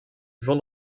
jean